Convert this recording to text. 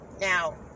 Now